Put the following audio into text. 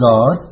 God